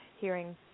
hearing